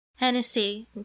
Hennessy